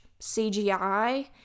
CGI